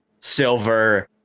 silver